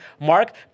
Mark